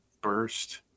burst